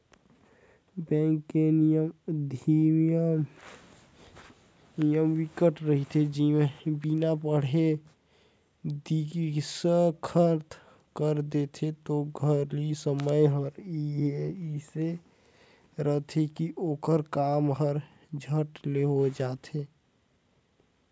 bank के नियम धियम बिकट रहिथे बिना पढ़े दस्खत कर देथे ओ घरी के समय हर एइसे रहथे की ओखर काम हर झट ले हो जाये